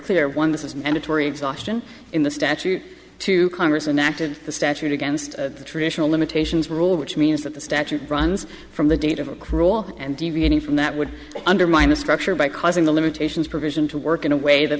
clear one this is mandatory exhaustion in the statute to congress and acted the statute against the traditional limitations rule which means that the statute runs from the date of a cruel and deviating from that would undermine a structure by causing the limitations provision to work in a way that